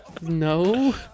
No